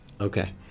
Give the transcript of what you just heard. okay